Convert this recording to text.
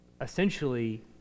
essentially